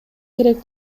керек